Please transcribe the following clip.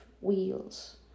wheels